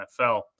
NFL